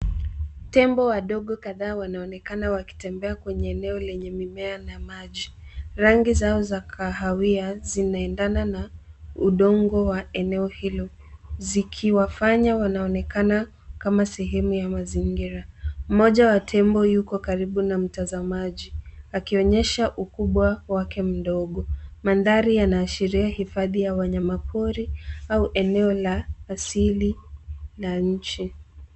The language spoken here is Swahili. Tembo wadogo kadhaa wanaonekana wakitembea kwenye eneo lenye mimea na maji. Rangi zao za kahawia, zinaendana na udongo wa eneo hilo, zikiwafanya wanaonekana kama sehemu ya mazingira. Mmoja wa tembo yuko karibu na mtazamaji, akionyesha ukubwa wake mdogo. Mandhari yanaashiria hifadhi ya wanyama pori au eneo la asili la nchi.